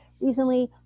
recently